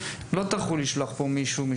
משום מה הם לא טרחו לשלוח לפה מישהו.